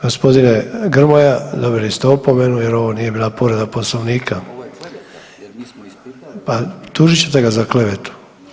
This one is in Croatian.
Gospodine Grmoja dobili ste opomenu jer ovo nije bila povreda Poslovnika. … [[Upadica Radman: … ne razumije se]] Pa tužit ćete ga za klevetu.